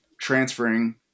transferring